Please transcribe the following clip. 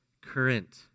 current